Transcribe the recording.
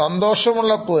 സന്തോഷമുള്ള Prince